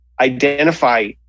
identify